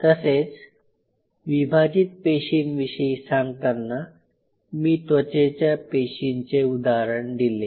तसेच विभाजित पेशींविषयी सांगतांना मी त्वचेच्या पेशींचे उदाहरण दिले